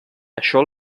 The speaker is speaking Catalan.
això